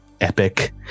epic